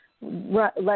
let